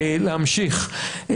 להמשיך,